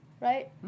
Right